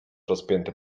rozpięty